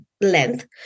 length